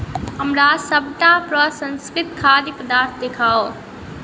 हमरा सभटा प्रसंस्कृत खाद्य पदार्थ देखाउ